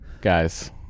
guys